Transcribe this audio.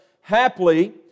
haply